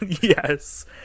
Yes